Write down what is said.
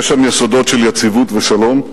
יהיו שם יסודות של יציבות ושלום.